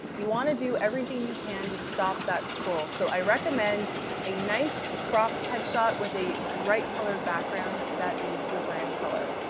you want to do everything you can to stop that scroll, so i recommend a nice cropped head shot with a bright colored background that is your brand color.